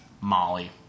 Molly